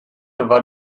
war